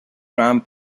gram